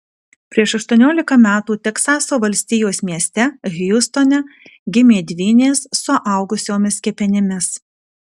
prieš aštuoniolika metų teksaso valstijos mieste hjustone gimė dvynės suaugusiomis kepenimis